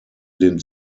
den